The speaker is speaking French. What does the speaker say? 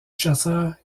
chasseur